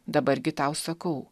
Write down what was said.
dabar gi tau sakau